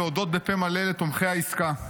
להודות בפה מלא לתומכי העסקה,